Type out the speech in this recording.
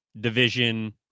division